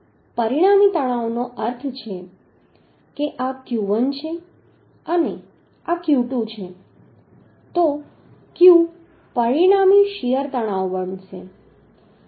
તો પરિણામી તણાવનો અર્થ છે કે આ q1 છે અને આ q2 છે તો q પરિણામી શીયર તણાવ બનશે